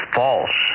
false